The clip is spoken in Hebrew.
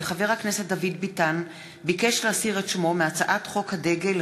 כי חבר הכנסת דוד ביטן ביקש להסיר את שמו מהצעת חוק הדגל,